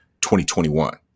2021